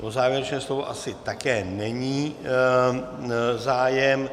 O závěrečné slovo asi také není zájem.